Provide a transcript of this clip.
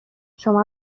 شما